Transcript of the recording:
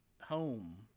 home